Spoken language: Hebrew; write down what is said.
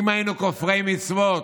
אם היינו כופרי מצוות,